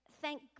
thank